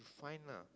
find lah